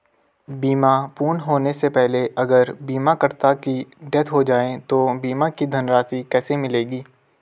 बीमा पूर्ण होने से पहले अगर बीमा करता की डेथ हो जाए तो बीमा की धनराशि किसे मिलेगी?